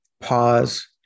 pause